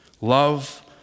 Love